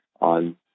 on